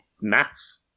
Maths